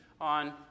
on